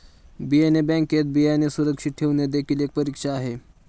बियाणे बँकेत बियाणे सुरक्षित ठेवणे देखील एक परीक्षा आहे